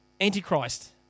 Antichrist